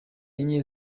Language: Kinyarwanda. enye